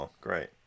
great